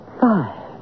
Five